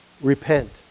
repent